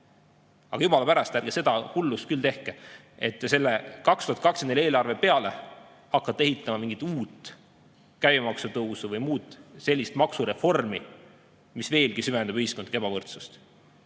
Aga jumala pärast, ärge seda hullust küll tehke, et te selle 2024. aasta eelarve peale hakkate ehitama mingit uut käibemaksu tõusu või muud sellist maksureformi, mis veelgi süvendab ühiskondlikku ebavõrdsust.